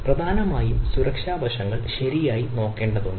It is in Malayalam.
പ്രധാനമായും സുരക്ഷാ വശങ്ങൾ ശരിയായി നോക്കേണ്ടതുണ്ട്